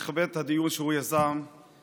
יכבד הדיון שהוא יזם ויבוא לשמוע אותי.